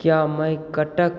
क्या मैं कटक